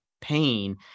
pain